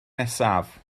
nesaf